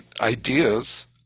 Ideas